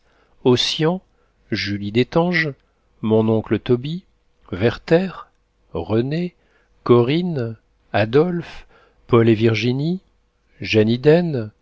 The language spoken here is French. ossian julie d'étanges mon oncle tobie werther rené corinne adolphe paul et virginie